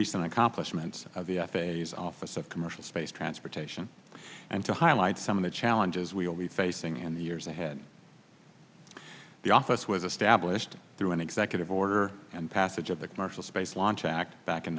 recent accomplishments of the f a s office of commercial space transportation and to highlight some of the challenges we'll be facing in the years ahead the office with established through an executive order and passage of the commercial space launch act back in